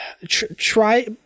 Try